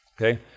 Okay